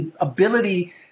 ability